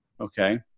Okay